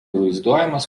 vaizduojamas